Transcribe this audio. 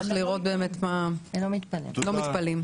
לא מתפלאים.